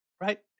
right